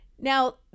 Now